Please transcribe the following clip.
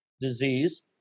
disease